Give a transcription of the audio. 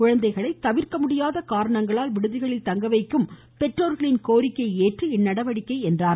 குழந்தைகளை தவிர்க்கமுடியாத காரணங்களால் விடுதிகளில் தங்கவைக்கும் பெற்றோர்களின் கோரிக்கையை ஏற்று இந்நடவடிக்கை என்றார்